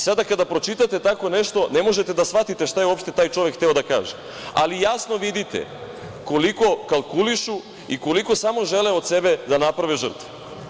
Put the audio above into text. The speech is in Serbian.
Sada kada pročitate tako nešto, ne možete da shvatite uopšte šta je taj čovek hteo da kaže, ali jasno vidite koliko kalkulišu i koliko samo žele od sebe da naprave žrtvu.